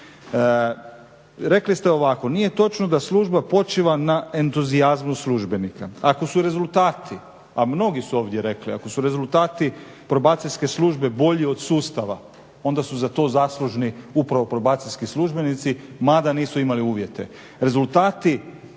Rekli ste ovako, nije točno da služba počiva na entuzijazmu službenika. Ako su rezultati a mnogi su ovdje rekli, ako su rezultati Probacijske službe bolji od sustava onda su za to zaslužni upravo probacijski službenici mada nisu imali uvjete.